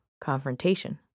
confrontation